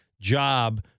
job